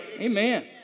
Amen